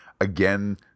Again